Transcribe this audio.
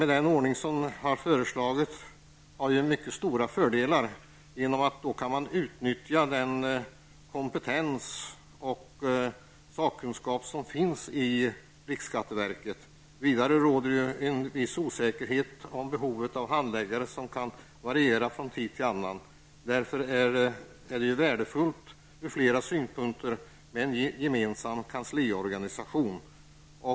Den ordning som föreslagits i propositionen har stora fördelar genom att nämnden kan utnyttja den stora kompetens och sakkunskap som finns inom riksskatteverket. Vidare råder viss osäkerhet om behovet av handläggare, som kan variera från tid till annan. Det är därför värdefullt ur flera synpunkter med en gemensam kansliorganisation.